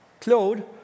Claude